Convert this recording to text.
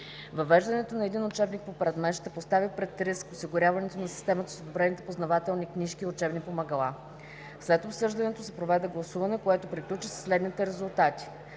Въвеждането на един учебник по предмет ще постави пред риск осигуряването на системата с одобрените познавателни книжки и учебни помагала. След обсъждането се проведе гласуване, което приключи със следните резултати: